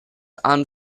and